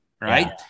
right